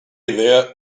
idea